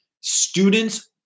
Students